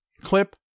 Clip